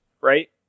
Right